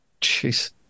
Jeez